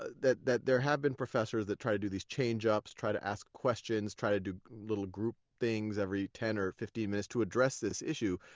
ah that that there have been professors that try to do these change-ups, try to ask questions, try to do little group things every ten or fifteen minutes to address this issue,